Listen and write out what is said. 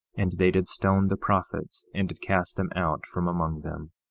and they did stone the prophets and did cast them out from among them.